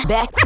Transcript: Back